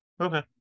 Okay